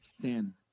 sin